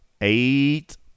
Eight